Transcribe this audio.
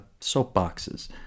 soapboxes